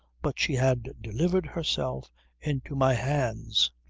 but she had delivered herself into my hands.